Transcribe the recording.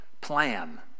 plan